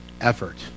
effort